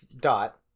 dot